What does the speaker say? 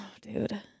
dude